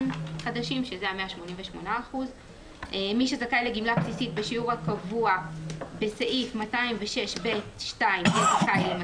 חדשים (2)מי שזכאי לגמלה בסיסית בשיעור הקבוע בסעיף 206א(ב)(2) 200